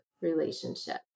relationship